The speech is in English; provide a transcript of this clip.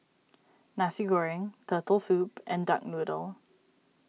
Nasi Goreng Turtle Soup and Duck Noodle